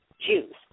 Jews